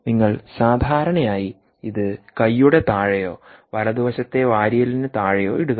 നിങ്ങൾ സാധാരണയായി ഇത് കൈയുടെ താഴെയോ വലതുവശത്തെ വാരിയെല്ലിന് താഴെയോ ഇടുക